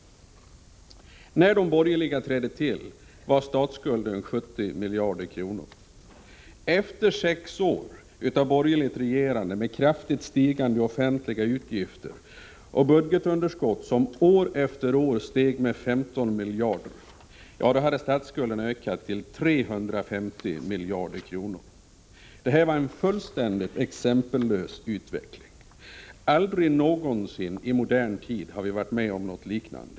När de borgerliga trädde till var statsskulden 70 miljarder kronor. Efter sex år av borgerligt regerande, med kraftigt stigande offentliga utgifter och budgetunderskott som år efter år steg med 15 miljarder, hade statsskulden ökat till 350 miljarder kronor. Det här var en fullständigt exempellös utveckling. Aldrig någonsin i modern tid har vi varit med om något liknande.